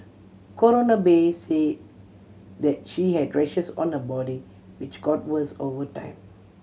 Coroner Bay say that she had rashes on her body which got worse over time